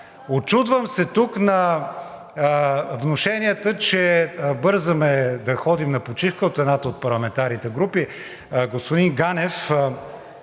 Учудвам се тук на внушенията, че бързаме да ходим на почивка от едната от парламентарните групи. Господин Ганев,